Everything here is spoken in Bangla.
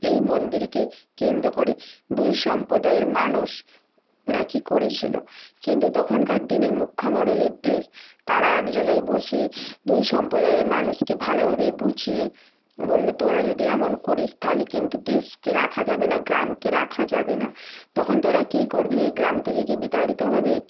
এই মন্দিরকে কেন্দ্র করে দুই সম্পদায়ের মানুষ না কি করেছিলো কিন্তু তখনকার দিনে মুখ্য মড়োলের দেশ তারা এক জায়গায় বসি দুই সম্পদায়ের মানুষকে ভালোভাবে বুঝিয়ে বললো তোরা যদি এমন করিস থালে কিন্তু দেশকে রাখা যাবে না গ্রামকে রাখা যাবে না তখন তোরা কি করবি এই গ্রাম থেকে কি বিতাড়িত হবি